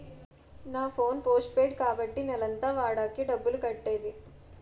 నా phone postpaid కాబట్టి నెలంతా వాడాకే డబ్బులు కట్టేది